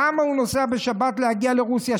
למה הוא נוסע בשבת להגיע לרוסיה?